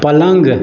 पलङ्ग